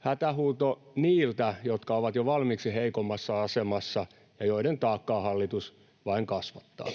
hätähuuto niiltä, jotka ovat jo valmiiksi heikoimmassa asemassa ja joiden taakkaa hallitus vain kasvattaa.